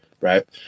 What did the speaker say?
right